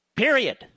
Period